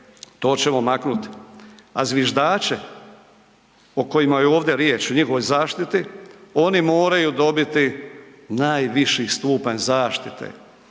to ćemo maknuti. A zviždače o kojima je ovdje riječ, o njihovoj zaštiti, oni moraju dobiti najviši stupanj zaštite.